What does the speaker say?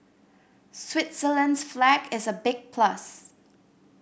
Switzerland's flag is a big plus